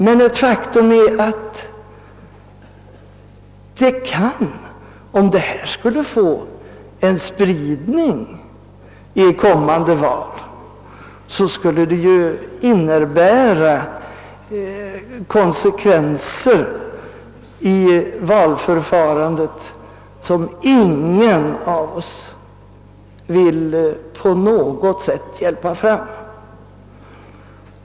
Men ett faktum är att det, om detta förfarande skulle vinna spridning i kommande val, blir konsekvenser för valförfarandet som ingen av oss vill bidraga till.